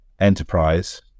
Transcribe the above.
enterprise